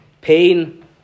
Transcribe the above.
pain